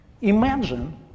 Imagine